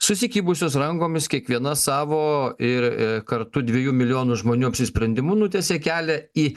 susikibusios rankomis kiekvienas savo ir kartu dviejų milijonų žmonių apsisprendimu nutiesė kelią į